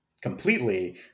completely